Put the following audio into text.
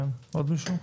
כן, עוד מישהו?